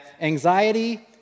anxiety